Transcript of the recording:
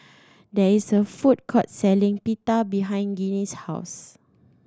there is a food court selling Pita behind Ginny's house